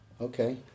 Okay